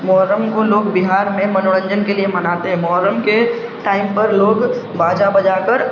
محرم کو لوگ بہار میں منورنجن کے لیے مناتے ہیں محرم کے ٹائم پر لوگ باجا بجا کر